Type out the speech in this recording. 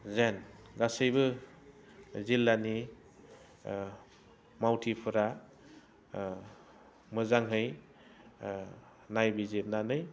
जेन गासैबो जिल्लानि मावथिफोरा मोजाङै नायबिजिरनानै